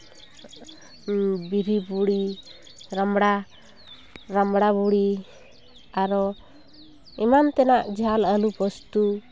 ᱵᱤᱨᱤ ᱵᱩᱲᱤ ᱨᱟᱢᱵᱲᱟ ᱨᱟᱢᱵᱲᱟ ᱵᱩᱲᱤ ᱟᱨᱚ ᱮᱢᱟᱱ ᱛᱮᱱᱟᱜ ᱡᱷᱟᱹᱞ ᱟᱹᱞᱩ ᱯᱚᱥᱛᱩ